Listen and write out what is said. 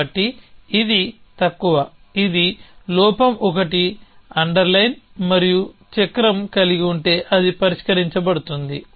కాబట్టి ఇది తక్కువ ఇది లోపం ఒకటి అండర్లైన్ మరియు చక్రం కలిగి ఉంటే అది పరిష్కరించబడుతుంది